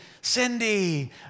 Cindy